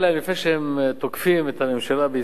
לפני שהם תוקפים את הממשלה במדינת ישראל,